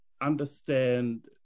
understand